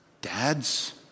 Dad's